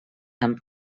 amb